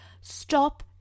Stop